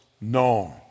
known